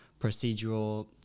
procedural